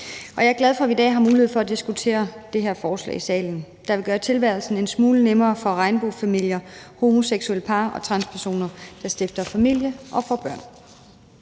Jeg er glad for, at vi i dag har mulighed for i salen at diskutere det her forslag, der vil gøre tilværelsen en smule nemmere for regnbuefamilier, homoseksuelle par og transpersoner, der stifter familie og får børn.